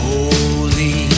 Holy